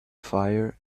fire